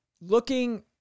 looking